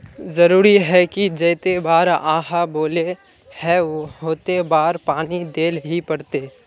जरूरी है की जयते बार आहाँ बोले है होते बार पानी देल ही पड़ते?